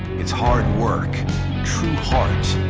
it's hard work true heart